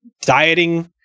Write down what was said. dieting